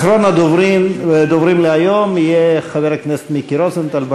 אחרון הדוברים להיום יהיה חבר הכנסת מיקי רוזנטל.